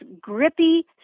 grippy